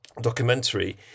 documentary